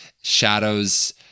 shadows